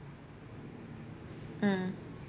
mm